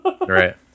Right